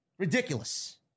Ridiculous